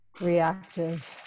Reactive